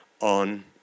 on